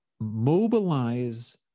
mobilize